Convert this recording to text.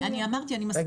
אמרתי, אני מסכימה איתך.